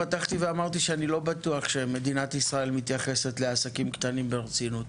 פתחתי ואמרתי שאני לא בטוח שמדינת ישראל מתייחסת לעסקים קטנים ברצינות